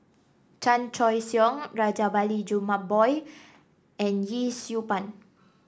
Chan Choy Siong Rajabali Jumabhoy and Yee Siew Pun